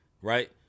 right